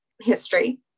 history